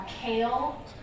kale